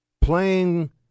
playing